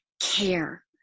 care